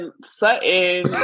Sutton